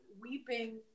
Weeping